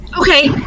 Okay